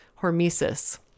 hormesis